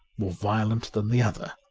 more violent than the other.